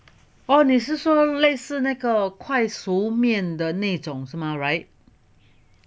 哦你是说类似那个快熟面的那种是吗 right